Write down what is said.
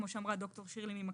כמו שאמרה ד"ר שירלי ממכבי,